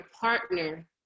partner